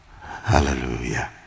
Hallelujah